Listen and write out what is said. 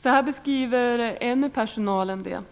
Så här beskriver en ur personalen det: